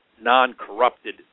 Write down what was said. non-corrupted